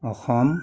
Assam